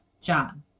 John